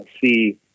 see